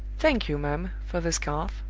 thank you, ma'am, for the scarf,